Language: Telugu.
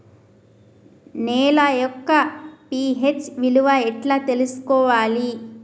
నేల యొక్క పి.హెచ్ విలువ ఎట్లా తెలుసుకోవాలి?